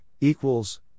equals